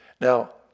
Now